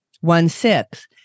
one-sixth